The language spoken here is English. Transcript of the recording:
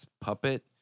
puppet